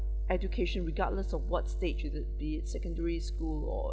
education regardless of what state should it be secondary school or